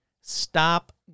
Stop